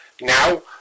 Now